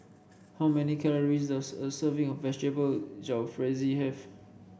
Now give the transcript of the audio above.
how many calories does a serving of Vegetable Jalfrezi have